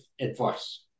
advice